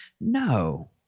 no